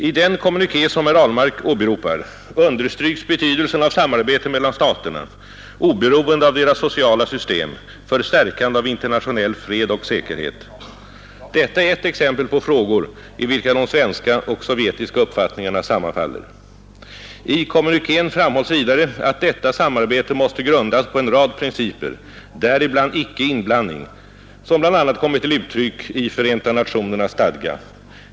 I den kommuniké som herr Ahlmark åberopar understryks betydelsen av samarbete mellan staterna, oberoende av deras sociala system, för stärkande av internationell fred och säkerhet. Detta är ett exempel på frågor, i vilka de svenska och sovjetiska uppfattningarna sammanfaller. I kommunikén framhålls vidare att detta samarbete måste grundas på en rad principer, däribland icke-inblandning, som bl.a. kommer till uttryck i Förenta nationernas stadga.